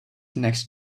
next